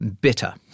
bitter